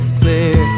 clear